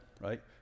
right